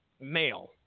male